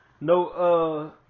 no